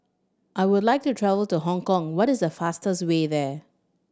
I would like to travel to Hong Kong what is the fastest way there